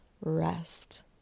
rest